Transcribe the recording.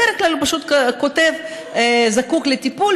בדרך כלל הוא פשוט כותב "זקוק לטיפול",